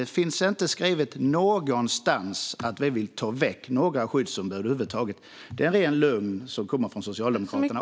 Det finns inte skrivet någonstans att vi vill ta väck några skyddsombud över huvud taget. Det är en ren lögn som kommer från Socialdemokraterna.